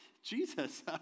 Jesus